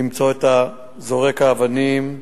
למצוא את זורק האבנים.